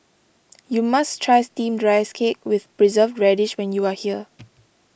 you must try Steamed Rice Cake with Preserved Radish when you are here